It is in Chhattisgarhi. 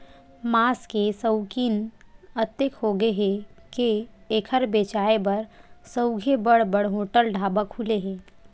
मांस के सउकिन अतेक होगे हे के एखर बेचाए बर सउघे बड़ बड़ होटल, ढाबा खुले हे